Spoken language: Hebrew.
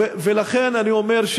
לכן אני אומר,